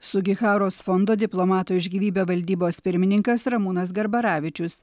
sugiharos fondo diplomatui už gyvybę valdybos pirmininkas ramūnas garbaravičius